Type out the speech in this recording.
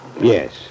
Yes